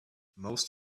most